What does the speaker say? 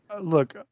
look